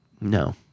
No